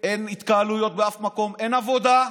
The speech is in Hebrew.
אין התקהלויות באף מקום, אין עבודה.